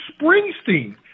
Springsteen